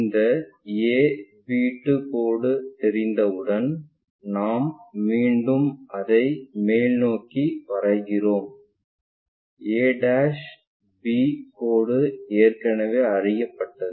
இந்த ab2 கோடு தெரிந்தவுடன் நாம் மீண்டும் அதை மேல்நோக்கி வரைகிறோம் ab கோடு ஏற்கனவே அறியப்பட்டது